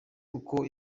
uko